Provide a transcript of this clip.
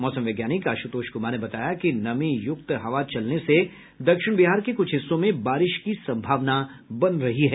मौसम वैज्ञानिक आश्तोष कुमार ने बताया कि नमी युक्त हवा चलने से दक्षिण बिहार के कुछ हिस्सों में बारिश की संभावना बन रही है